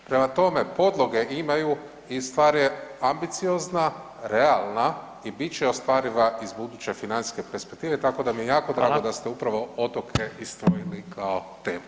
Prema tome, podloge imaju i stvar je ambiciozna, realna i bit će ostvariva iz buduće financijske perspektive tako da mi je jako drago da ste upravo Otoke izdvojili kao temu.